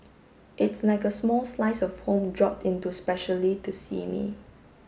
it's like a small slice of home dropped in to specially to see me